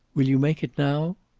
will you make it now?